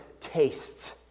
tastes